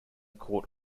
count